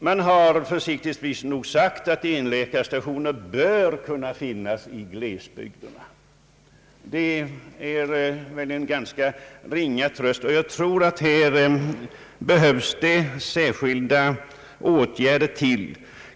Man har försiktigtvis sagt, att enläkarstationer bör kunna finnas i glesbygderna. Det är väl en ganska ringa tröst, och jag tror att man här behöver vidta särskilda åtgärder.